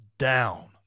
down